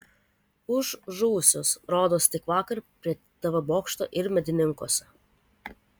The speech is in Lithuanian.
už žuvusius rodos tik vakar prie tv bokšto ir medininkuose